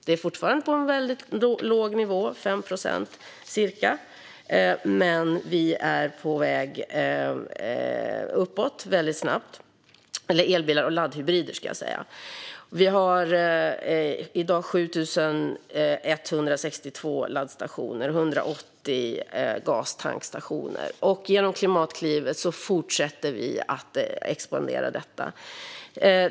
Det är fortfarande en väldigt låg nivå, ca 5 procent, men vi är på väg uppåt väldigt snabbt. Vi har i dag 7 162 laddstationer och 180 gastankstationer. Genom Klimatklivet fortsätter vi att expandera detta.